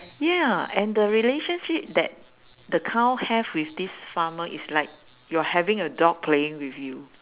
ya and the relationship that the cow have with this farmer is like you're having a dog playing with you